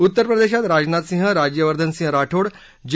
उत्तर प्रदेशात राजनाथ सिंह राज्यवर्धन सिंह राठोड जे